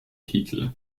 titel